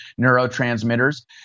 neurotransmitters